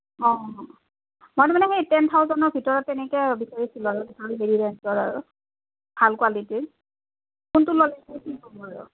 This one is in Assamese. অঁ মানে মোক টেন থাউজেণ্ডৰ ভিতৰত তেনেকৈ বিচাৰিছিলোঁ আৰু ভাল হেৰি ৰেঞ্জৰ আৰু ভাল কুৱালিটিৰ কোনটো